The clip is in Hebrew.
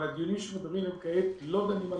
אבל הדיונים שמדברים עליהם כעת לא דנים על